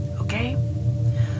Okay